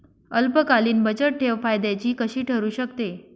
अल्पकालीन बचतठेव फायद्याची कशी ठरु शकते?